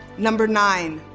number nine,